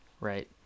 right